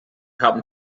haben